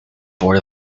board